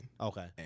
Okay